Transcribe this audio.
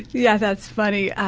yeah, that's funny.